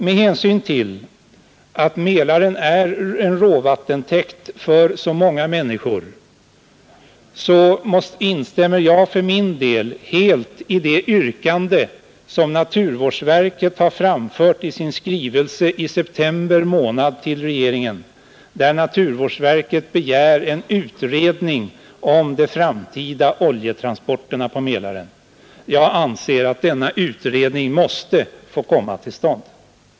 Med hänsyn till att Mälaren är råvattentäkt för så många människor instämmer jag för min del helt i det yrkande som naturvårdsverket har framfört i sin skrivelse i september månad till regeringen, där naturvårdsverket begär en utredning om de framtida oljetransporterna på Mälaren. Jag anser att denna utredning måste få komma till stånd.